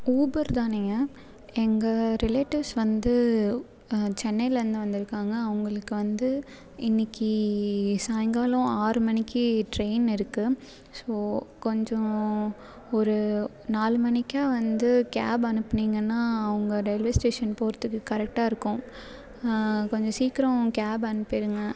Uber தானேங்க எங்கள் relatives வந்து சென்னைலேருந்து வந்திருக்காங்க அவங்களுக்கு வந்து இன்னைக்கி சாயங்காலம் ஆறுமணிக்கு ட்ரெயின் இருக்கு ஸோ கொஞ்சம் ஒரு நாலுமணிக்கு வந்து கேப் அனுப்புனிங்கன்னா அவங்க ரயில்வே ஸ்டேஷன் போகிறத்துக்கு கரெக்டாக இருக்கும் கொஞ்சம் சீக்கிரம் கேப் அனுப்பிவிடுங்க